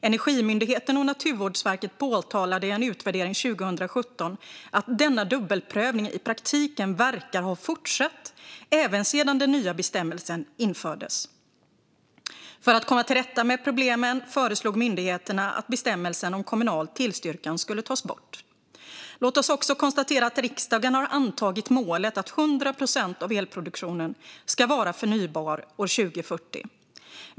Energimyndigheten och Naturvårdsverket påtalade i en utvärdering 2017 att denna dubbelprövning i praktiken verkar ha fortsatt även sedan den nya bestämmelsen infördes. För att komma till rätta med problemen föreslog myndigheterna att bestämmelsen om kommunal tillstyrkan skulle tas bort. Låt oss också konstatera att riksdagen har antagit målet att 100 procent av elproduktionen ska vara förnybar år 2040.